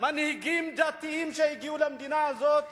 מנהיגים דתיים שהגיעו למדינה הזאת